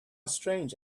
strange